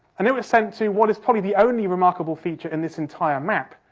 and it was sent to what is probably the only remarkable feature in this entire map,